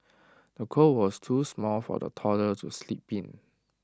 the cot was too small for the toddler to sleep in